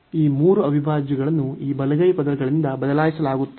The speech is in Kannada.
ಈ ಮೂರು ಅವಿಭಾಜ್ಯಗಳನ್ನು ಈ ಬಲಗೈ ಪದಗಳಿಂದ ಬದಲಾಯಿಸಲಾಗುತ್ತದೆ